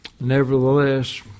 Nevertheless